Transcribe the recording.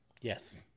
yes